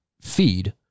feed